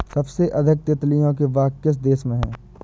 सबसे अधिक तितलियों के बाग किस देश में हैं?